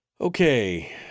Okay